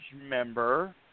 member